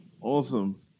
Awesome